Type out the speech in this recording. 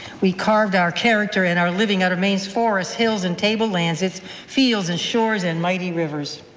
we carved our character and our living out of maine's forests, hills and tablelands, its fields, and shores, and mighty rivers.